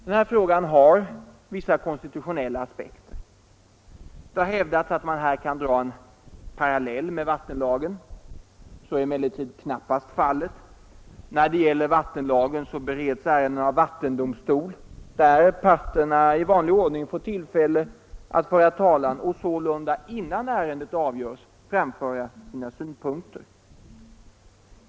Denna fråga har vissa konstitutionella aspekter. Det har hävdats att man här kan dra en parallell med vattenlagen. Så är emellertid knappast fallet. När det gäller vattenlagen så bereds ärendena av vattendomstol, där parterna i vanlig ordning får tillfälle att föra talan och sålunda innan ärendet avgörs framföra sina synpunkter.